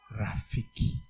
rafiki